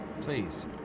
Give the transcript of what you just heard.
Please